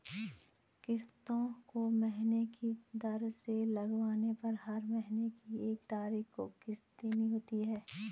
किस्तों को महीने की दर से लगवाने पर हर महीने की एक तारीख को किस्त देनी होती है